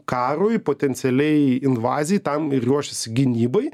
karui potencialiai invazijai tam ir ruošėsi gynybai